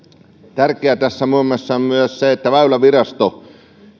tärkeää tässä muun muassa on myös se että väylävirasto